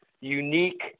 unique